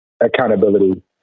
accountability